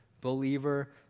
Believer